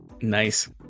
Nice